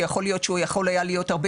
שיכול להיות שהוא יכול היה להיות הרבה